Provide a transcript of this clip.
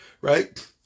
right